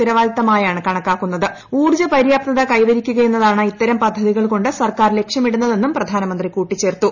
ഉത്തരവാദിത്തമായാണ് ഊർജപര്യാപ്തത കൈവരിക്കുകയെന്നതാണ് ഇത്തരം പദ്ധതികൾകൊണ്ട് സർക്കാർ ലക്ഷ്യമിടുന്നതെന്നും പ്രധാനമന്ത്രി കൂട്ടിച്ചേർത്തു